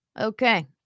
Okay